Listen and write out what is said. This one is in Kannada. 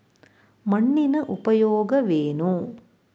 ಮಣ್ಣಿನ ಉಪಯೋಗವೇನು?